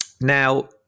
Now